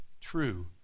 true